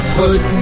put